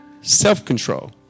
self-control